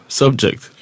subject